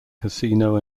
casino